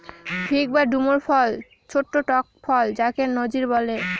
fig বা ডুমুর ফল ছোট্ট টক ফল যাকে নজির বলে